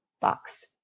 box